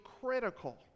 critical